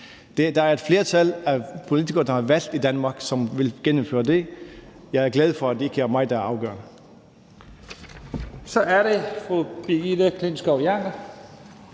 Der er et flertal af politikere, der er valgt i Danmark, som vil gennemføre det. Jeg er glad for, at det ikke er mig, der afgør det. Kl. 23:09 Første næstformand